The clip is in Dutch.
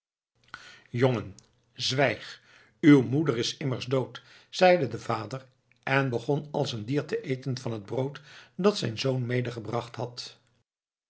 jongen zwijg uwe moeder is immers dood zeide de vader en begon als een dier te eten van het brood dat zijn zoon medegebracht had